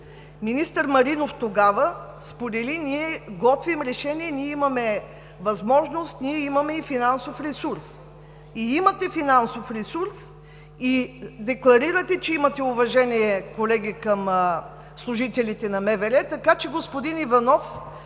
Министър Маринов тогава сподели: „Ние готвим решение, ние имаме възможност, ние имаме и финансов ресурс.“ Имате финансов ресурс и декларирате, че имате уважение, колеги, към служителите на МВР. Така че, господин Иванов,